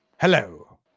Hello